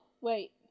wait